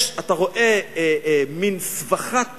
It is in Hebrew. אתה רואה מין שבכת